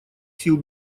сил